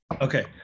Okay